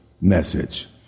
message